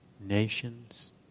nations